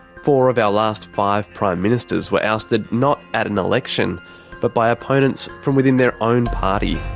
four of our last five prime ministers were ousted not at an election but by opponents from within their own party.